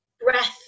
breath